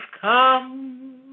come